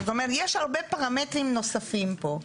זאת אומרת, יש הרבה פרמטרים נוספים פה.